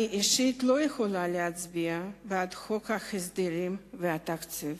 אני אישית לא יכולה להצביע בעד חוק ההסדרים וחוק התקציב.